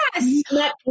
Yes